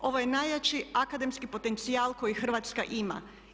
Ovo je najjači akademski potencijal koji Hrvatska ima.